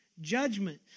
judgment